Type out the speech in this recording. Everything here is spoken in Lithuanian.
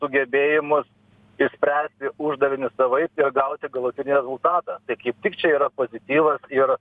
sugebėjimus išspręsti uždavinį savaip ir gauti galutinį rezultatą tai kaip tik čia yra pozityvas ir